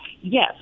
Yes